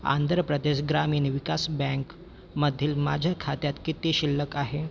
Andre Pradesh ग्रामीण विकास bank मधील माझ्या खात्यात किती शिल्लक आहे